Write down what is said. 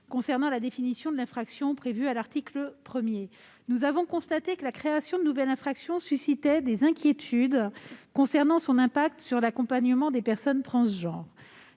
concernant la définition de l'infraction prévue à l'article 1. Nous avons constaté que la création de cette nouvelle infraction suscitait des inquiétudes concernant son impact sur l'accompagnement des personnes transgenres.